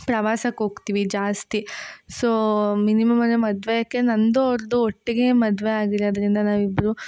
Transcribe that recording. ಪ್ರವಾಸಕ್ಕೆ ಹೋಗ್ತಿವಿ ಜಾಸ್ತಿ ಸೋ ಮಿನಿಮಮ್ ಅಂದರೆ ಮದುವೆ ಯಾಕೆ ನನ್ನದು ಅವ್ರದ್ದು ಒಟ್ಟಿಗೆ ಮದುವೆ ಆಗಿರೋದ್ರಿಂದ ನಾವಿಬ್ರೂ